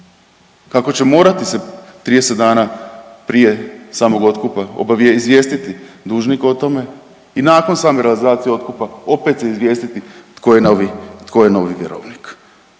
kako će morati se 30 dana prije samog otkupa izvijestiti dužnik o tome i nakon same realizacije otkupa opet se izvijestiti tko je novi vjerovnik.